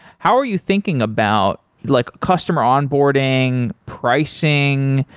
how are you thinking about like customer onboarding? pricing?